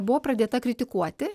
buvo pradėta kritikuoti